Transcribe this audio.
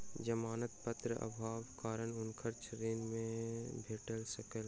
जमानत पत्रक अभावक कारण हुनका ऋण नै भेट सकल